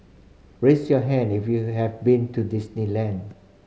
raise your hand if you have been to Disneyland